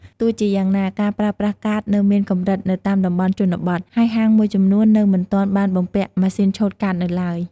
ទោះជាយ៉ាងណា ការប្រើប្រាស់កាតនៅមានកម្រិតនៅតាមតំបន់ជនបទ ហើយហាងមួយចំនួននៅមិនទាន់បានបំពាក់ម៉ាស៊ីនឆូតកាតនៅឡើយ។